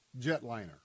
jetliner